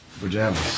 pajamas